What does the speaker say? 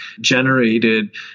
generated